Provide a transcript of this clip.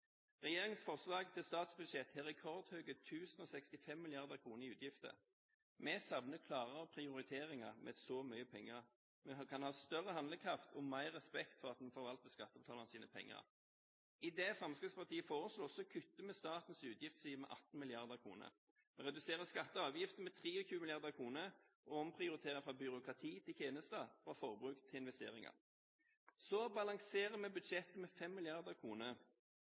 Regjeringens forslag til statsbudsjett har rekordhøye 1 065 mrd. kr i utgifter. Vi savner klarere prioriteringer med så mye penger. Vi kan ha større handlekraft og mer respekt for at en forvalter skattebetalernes penger. I det Fremskrittspartiet foreslår, kutter vi statens utgiftsside med 18 mrd. kr. Vi reduserer skatter og avgifter med 23 mrd. kr og omprioriterer fra byråkrati til tjenester, fra forbruk til investeringer. Så balanserer vi budsjettet med